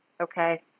Okay